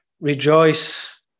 Rejoice